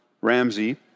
Ramsey